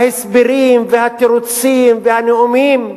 ההסברים והתירוצים והנאומים הם,